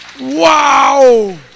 Wow